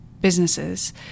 businesses